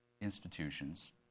institutions